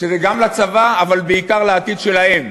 שזה גם לצבא אבל בעיקר לעתיד שלהם,